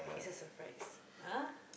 it's a surprise ah